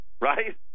right